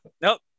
Nope